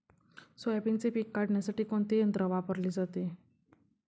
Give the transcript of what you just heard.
सोयाबीनचे पीक काढण्यासाठी कोणते यंत्र वापरले जाते?